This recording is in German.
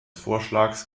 vorschlags